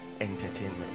entertainment